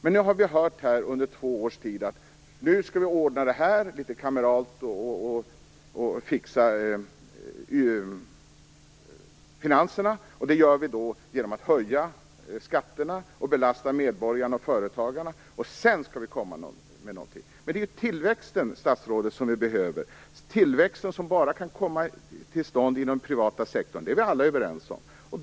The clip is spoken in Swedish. Men vi har nu hört under två års tid att ni skall ordna det här litet kameralt och fixa finanserna, att ni skall göra det genom att höja skatterna och belasta medborgarna och företagarna, och sedan skall ni komma med någonting. Men det är ju tillväxten, statsrådet, som vi behöver, den tillväxt som bara kan komma till stånd inom den privata sektorn. Det är vi alla överens om.